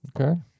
Okay